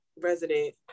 resident